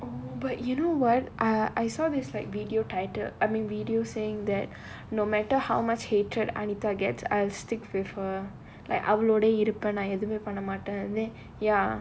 oh but you know what uh I saw this like video titled I mean video saying that no matter how much hatred anita gets I'll stick with her like அவளோட குணம் அவ எதுமே பண்ணமாட்டா அவ சொல்றா:avlo gunam ava edhumae panna maataa ava solraa then ya